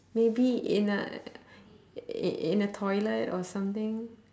maybe in a i~ in a toilet or something